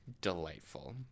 delightful